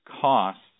costs